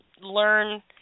learn